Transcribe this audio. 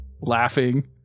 laughing